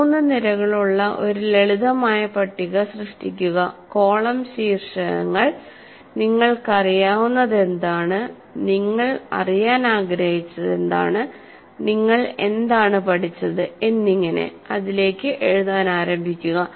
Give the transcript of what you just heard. മൂന്ന് നിരകളുള്ള ഒരു ലളിതമായ പട്ടിക സൃഷ്ടിക്കുകകോളം ശീർഷകങ്ങൾ നിങ്ങൾക്കറിയാവുന്നതെന്താണ് നിങ്ങൾ അറിയാൻ ആഗ്രഹിച്ചത് നിങ്ങൾ എന്താണ് പഠിച്ചത് എന്നിങ്ങനെ അതിലേക്ക് എഴുതാൻ ആരംഭിക്കുക